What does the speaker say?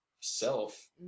self